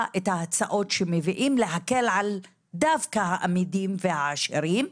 את ההצעות שמביאים להקל דווקא על האמידים והעשירים,